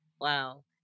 Wow